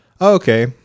okay